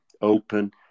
open